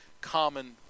common